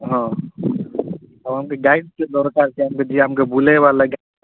ହଁ ହଁ ଯେ ଗାଇଡ଼୍ ଟିକେ ଦରକାର୍ ଯେ ଯିଏ ଆମକେ ବୁଲେଇବା ଲାଗି